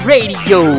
Radio